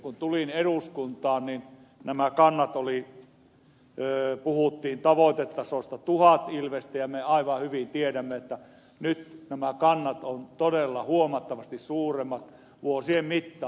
kun tulin eduskuntaan niin nämä kannat olivat sellaiset että puhuttiin tavoitetasosta tuhat ilvestä ja me aivan hyvin tiedämme että nämä kannat ovat todella huomattavasti suurentuneet vuosien mittaan